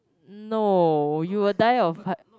no you will die of heart